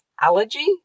allergy